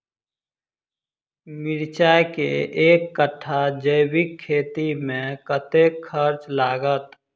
मिर्चा केँ एक कट्ठा जैविक खेती मे कतेक खर्च लागत?